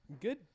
Good